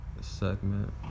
segment